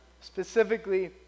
Specifically